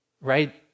right